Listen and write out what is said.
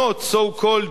so called,